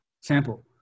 sample